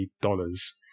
dollars